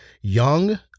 Young